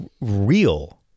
real